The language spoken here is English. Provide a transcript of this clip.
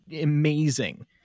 amazing